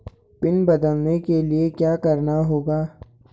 Pin बदलने के लिए क्या करना होगा?